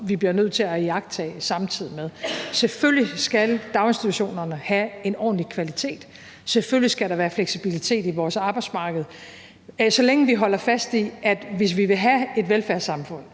vi bliver nødt til at iagttage samtidig med det. Selvfølgelig skal daginstitutionerne have en ordentlig kvalitet. Selvfølgelig skal der være fleksibilitet på vores arbejdsmarked. Så længe vi holder fast i, at hvis vi vil have et velfærdssamfund